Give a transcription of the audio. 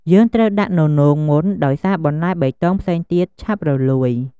យើងត្រូវដាក់ននោងមុន ដោយសារបន្លែបៃតងផ្សេងទៀតឆាប់រលួយ។